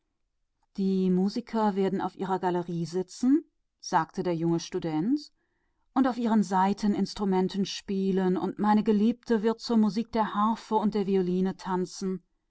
die musikanten werden auf ihrer galerie sitzen sagte der junge student und auf ihren saiteninstrumenten spielen und meine geliebte wird zum klang der harfe und der geige tanzen